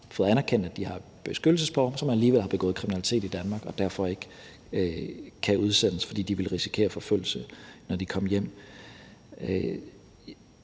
fået anerkendt, at de har et beskyttelsesbehov, men som alligevel har begået kriminalitet i Danmark, og derfor ikke kan udsendes, fordi de ville risikere forfølgelse, når de kom hjem.